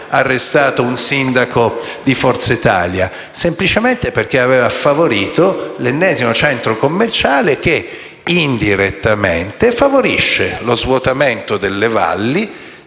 un sindaco di Forza Italia? Semplicemente perché aveva favorito l'ennesimo centro commerciale che indirettamente facilita lo svuotamento delle valli,